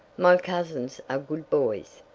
my cousins are good boys.